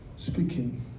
speaking